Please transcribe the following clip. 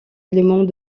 éléments